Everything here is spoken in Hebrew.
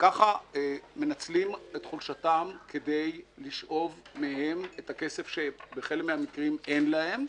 כך מנצלים את חולשתם כדי לשאוב מהם את הכסף שבחלק מן המקרים אין להם,